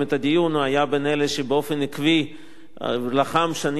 הוא היה בין אלה שבאופן עקבי לחמו שנים רבות,